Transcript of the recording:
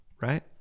right